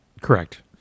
Correct